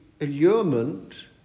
allurement